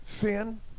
sin